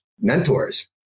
mentors